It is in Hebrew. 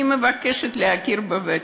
אני מבקשת להכיר בוותק.